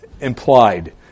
implied